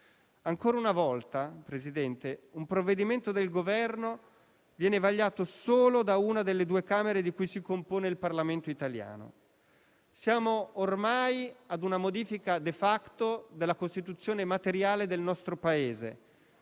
Ancora una volta, signor Presidente, un provvedimento del Governo viene vagliato solo da una delle due Camere di cui si compone il Parlamento italiano. Siamo ormai ad una modifica *de facto* della Costituzione materiale del nostro Paese,